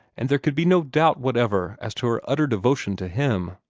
and there could be no doubt whatever as to her utter devotion to him.